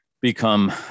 become